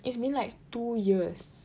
it's been like two years